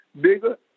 bigger